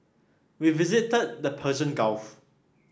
we visited the Persian Gulf